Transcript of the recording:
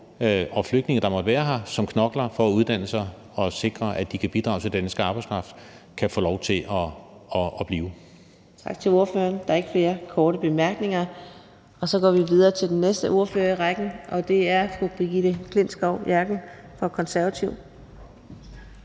flygtninge, der måtte være her, som knokler for at uddanne sig og for at sikre, at de kan bidrage til den danske arbejdskraft, kan få lov til at blive.